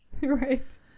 Right